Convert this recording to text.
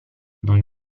non